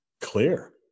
clear